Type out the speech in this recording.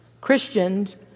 Christians